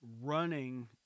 running